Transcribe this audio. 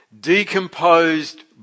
Decomposed